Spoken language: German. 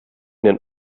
den